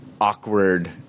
awkward